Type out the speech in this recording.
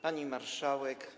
Pani Marszałek!